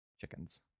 chickens